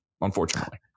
Unfortunately